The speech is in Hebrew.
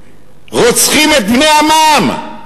רוצחים את בני עמם.